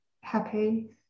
Happy